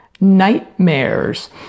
nightmares